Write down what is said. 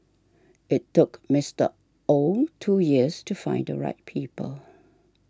it took Mister Ow two years to find the right people